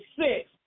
six